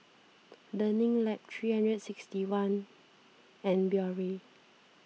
Learning Lab three hundred and sixty one and Biore